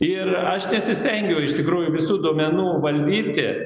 ir aš nesistengiu iš tikrųjų visų duomenų valdyti